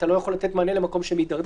אתה לא יכול לתת מענה למקום שמידרדר.